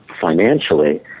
financially